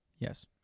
Yes